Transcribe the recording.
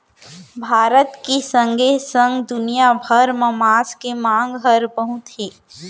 भारत के संगे संग दुनिया भर म मांस के मांग हर बहुत हे